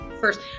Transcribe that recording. first